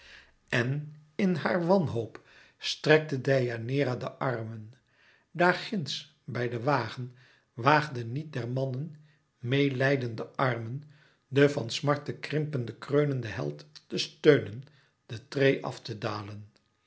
en in haar wanhoop strekte deianeira de armen daar ginds bij den wagen waagden niet der mannen meêlijdende armen den van smarten krimpenden kreunenden held te steunen de treê af te dalen